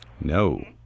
No